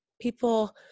people